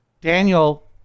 Daniel